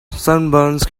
sunburns